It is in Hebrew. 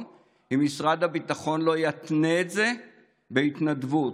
אם משרד הביטחון לא יתנה את זה בהתנדבות.